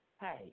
Hey